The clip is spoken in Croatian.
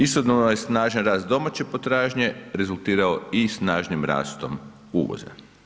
Istodobno je snažan rast domaće potražnje rezultirao i snažnim rastom uvoza.